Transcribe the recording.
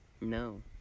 No